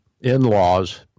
in-laws